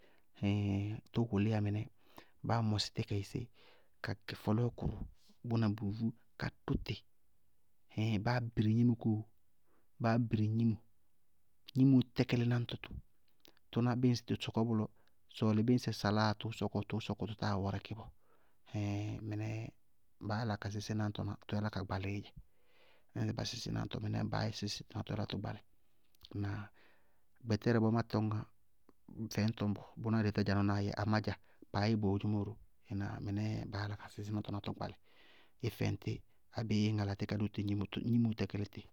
Ɩhíɩɩŋ tʋ wʋlɩyá mɩnɛ, báá mɔsɩ tí ka yɛ sé, ka gɛ fɔlɔɔkʋrʋ bʋna bʋʋvú, ka dʋ tɩ ɩhíɩɩŋ báá bɩrɩ gnimo kóo, báá bɩrɩ gnimo, gnimoó tɛkɛlí náñtɔ tʋ tʋnáá bíɩ ŋsɩ tʋ sɔkɔ bʋlɔ, sɔɔlɩ víñsɛ saláaá tʋʋ sɔkɔ tʋʋ sɔkɔ, tʋ táa wɛrɛkɩ bɔɔ. ɩhíɩɩŋ, mɩnɛɛ baá yála ka sísí náŋtɔ na tʋ yálá tʋ gbalɩí dzɛ. Ñŋsɩ ba sísɩ náŋtɔ, mɩnɛɛ baá yɛ na tʋ gbalɩ, ŋnáa? Gbɛtɛrɛ bɔɔ má tɔñŋa fɛñtɔ ñbɔ, bʋnáá dɩɩtádzanʋnáa yɛ, amá dza baá yɛ kodzémɔ ró. Ŋáná? Mɩnɛɛ baá yála ka sísí náŋtɔ na tʋ gbalɩ. Í fɛŋ tí abéé í ŋala tí ka dʋ tɩ gnimo, gnimoó tɛkɛlí tɩ.